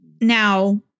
now